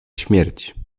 śmierć